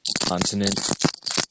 Continent